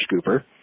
scooper